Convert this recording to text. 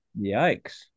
Yikes